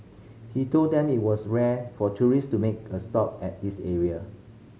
he told them it was rare for tourist to make a stop at this area